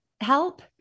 help